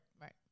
Right